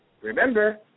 remember